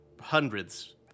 hundreds